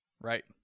Right